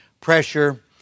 pressure